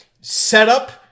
setup